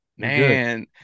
man